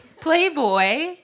Playboy